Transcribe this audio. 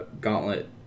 gauntlet